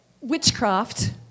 Witchcraft